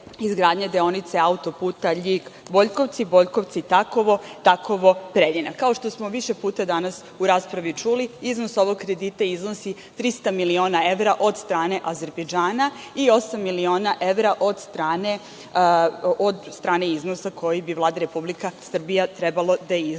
izgradnje deonice autoputa Ljig - Boljkovci, Boljkovci – Takovo, Takovo – Preljina. Kao što smo više puta danas u raspravi čuli, iznos ovog kredita iznosi 300 miliona evra od strane Azerbejdžana i osam miliona evra od strane iznosa koji bi Vlada Republika Srbija trebalo da izdvoji